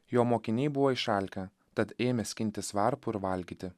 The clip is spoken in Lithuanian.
jo mokiniai buvo išalkę tad ėmė skintis varpų ir valgyti